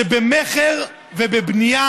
שבמכר ובבנייה,